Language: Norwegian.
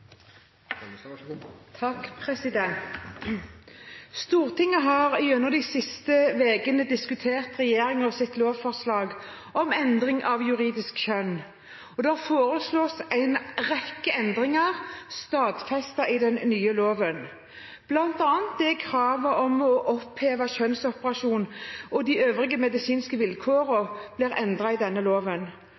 tilslutning. Så da er det egentlig bare for meg å si: Gratulerer med dagen! Stortinget har gjennom de siste ukene diskutert regjeringens forslag til lov om endring av juridisk kjønn. Det foreslås en rekke endringer stadfestet i den nye loven, bl.a. å oppheve kravet om kjønnsoperasjon og de øvrige medisinske